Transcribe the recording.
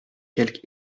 quelque